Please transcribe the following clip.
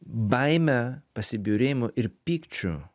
baime pasibjaurėjimu ir pykčiu